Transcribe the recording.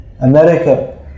America